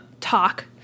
TALK